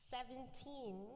Seventeen